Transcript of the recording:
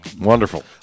Wonderful